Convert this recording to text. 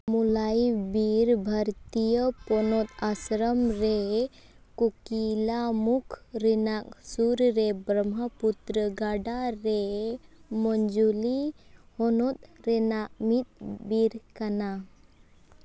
ᱢᱳᱞᱟᱭ ᱵᱤᱨ ᱵᱷᱟᱨᱚᱛᱤᱭᱚ ᱯᱚᱱᱚᱛ ᱟᱥᱨᱚᱢ ᱨᱮ ᱠᱳᱠᱤᱞᱟᱢᱩᱠᱷ ᱨᱮᱱᱟᱜ ᱥᱩᱨ ᱨᱮ ᱵᱨᱚᱢᱦᱚᱯᱩᱛᱨᱚ ᱜᱟᱰᱟ ᱨᱮ ᱢᱚᱡᱚᱞᱤ ᱦᱚᱱᱚᱛ ᱨᱮᱱᱟᱜ ᱢᱤᱫ ᱵᱤᱨ ᱠᱟᱱᱟ